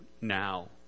now